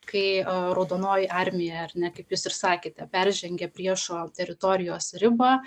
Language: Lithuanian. kai raudonoji armija ar ne kaip jūs ir sakėte peržengia priešo teritorijos ribą